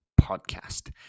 Podcast